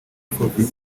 impfubyi